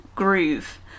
Groove